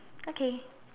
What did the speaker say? okay